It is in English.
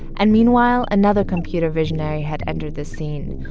and meanwhile, another computer visionary had entered the scene.